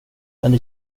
men